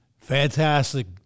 Fantastic